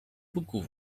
buku